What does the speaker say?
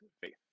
faith